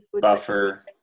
Buffer